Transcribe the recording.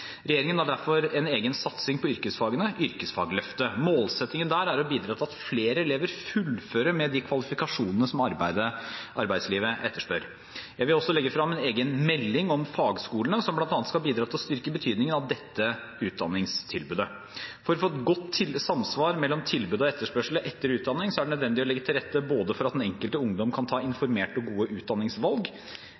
Regjeringen har derfor en egen satsing på yrkesfagene – Yrkesfagløftet. Målsettingen der er å bidra til at flere elever fullfører med de kvalifikasjoner som arbeidslivet etterspør. Jeg vil også legge frem en egen melding om fagskolene, som bl.a. skal bidra til å styrke betydningen av dette utdanningstilbudet. For å få godt samsvar mellom tilbud av og etterspørsel etter utdanning er det nødvendig å legge bedre til rette både for at den enkelte ungdom kan ta informerte og gode utdanningsvalg,